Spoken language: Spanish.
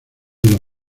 dos